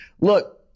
Look